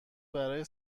برای